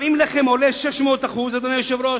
אם לחם עולה 600% יותר, אדוני היושב-ראש,